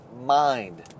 mind